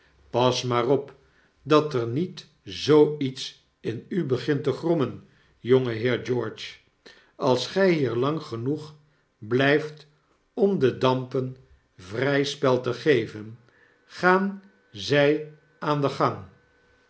pas maar op dat er niet zoo iets in u begint te grommen jongeheer george als gy hier lang genoeg blyft om de dampen vry spel te geven gaan zij aan den gang